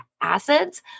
acids